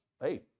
hey